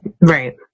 right